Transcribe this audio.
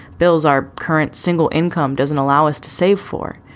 bills are current. single income doesn't allow us to save for.